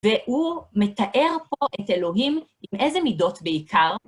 והוא מתאר פה את אלוהים עם איזה מידות בעיקר.